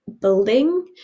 building